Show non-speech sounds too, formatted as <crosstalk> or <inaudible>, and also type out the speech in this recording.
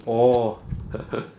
oh <laughs>